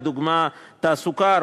לדוגמה: תעסוקה,